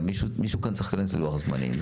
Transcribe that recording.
אבל מישהו כאן צריך להיכנס ללוח הזמנים.